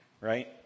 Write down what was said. right